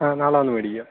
ആ നാളെ വന്നു മേടിക്കാം